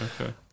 Okay